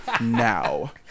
now